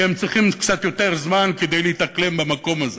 שצריכים קצת יותר זמן כדי להתאקלם במקום הזה